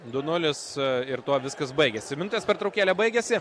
du nulis ir tuo viskas baigėsi minutės pertraukėlė baigėsi